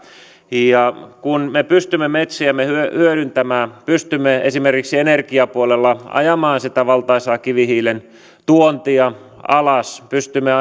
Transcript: kun me pystymme metsiämme hyödyntämään pystymme esimerkiksi energiapuolella ajamaan sitä valtaisaa kivihiilen tuontia alas pystymme